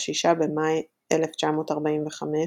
ב-6 במאי 1945,